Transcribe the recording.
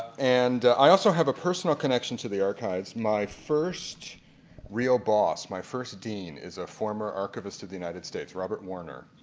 and i have a personal connection to the archives my first real boss my first dean is a former archivist of the united states robert warner